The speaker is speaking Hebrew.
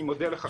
אני מודה לך,